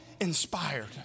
inspired